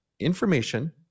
information